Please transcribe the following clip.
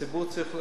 הציבור צריך להבין.